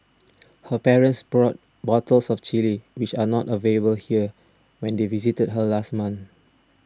her parents brought bottles of the Chilli which are not available here when they visited her last month